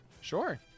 Sure